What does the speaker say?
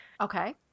Okay